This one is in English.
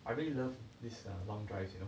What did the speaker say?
I really love this err long drives you know